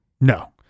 No